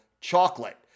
chocolate